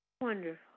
Wonderful